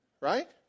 Right